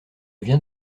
viens